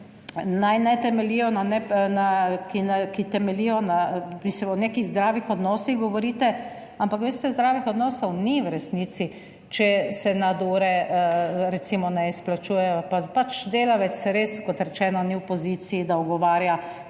naj ne temeljijo, ki temeljijo na, mislim o nekih zdravih odnosih govorite, ampak veste, zdravih odnosov ni v resnici, če se nadure, recimo, ne izplačujejo, pa pač delavec res, kot rečeno, ni v opoziciji, da ugovarja